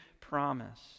promise